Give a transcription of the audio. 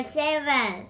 seven